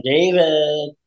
David